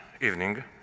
evening